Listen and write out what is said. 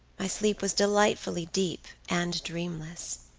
my sleep was delightfully deep and dreamless.